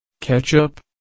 Ketchup